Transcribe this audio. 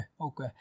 Okay